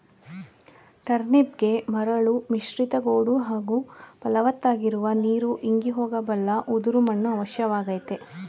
ಟರ್ನಿಪ್ಗೆ ಮರಳು ಮಿಶ್ರಿತ ಗೋಡು ಹಾಗೂ ಫಲವತ್ತಾಗಿರುವ ನೀರು ಇಂಗಿ ಹೋಗಬಲ್ಲ ಉದುರು ಮಣ್ಣು ಅವಶ್ಯಕವಾಗಯ್ತೆ